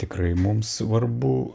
tikrai mums svarbu